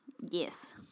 Yes